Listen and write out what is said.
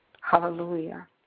Hallelujah